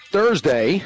Thursday